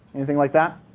anything like that?